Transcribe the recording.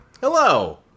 Hello